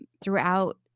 throughout